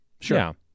Sure